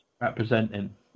Representing